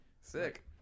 Sick